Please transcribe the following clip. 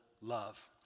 love